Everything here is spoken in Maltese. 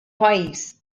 pajjiż